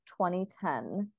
2010